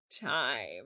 time